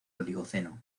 oligoceno